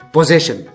Possession